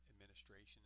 administration